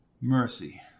Mercy